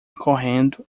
correndo